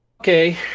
okay